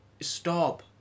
stop